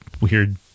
weird